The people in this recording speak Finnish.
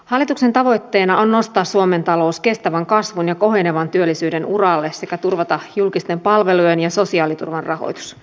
hallituksen tavoitteena on nostaa suomen talous kestävän kasvun ja kohenevan työllisyyden uralle sekä turvata julkisten palvelujen ja sosiaaliturvan rahoitus